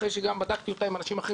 אחרי שגם בדקתי אותה עם אנשים אחרים